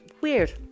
Weird